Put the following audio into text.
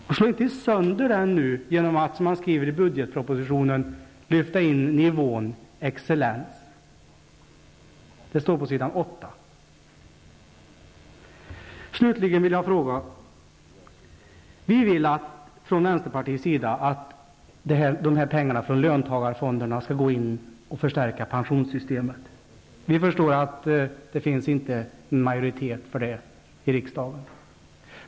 Slå nu inte sönder denna gemensamhet genom att, som ni skriver på s. 8 i budgetpropositionen, lyfta in nivån Vi vill från vänsterpartiet att pengarna från löntagarfonderna skall gå in i och förstärka pensionssystemet. Vi förstår att det i riksdagen inte finns en majoritet för det förslaget.